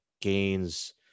gains